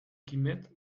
quimet